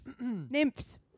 Nymphs